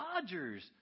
Dodgers